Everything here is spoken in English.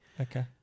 Okay